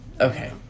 Okay